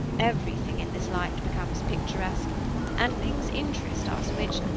everything in this light becomes picturesque and things interest us which,